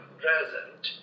present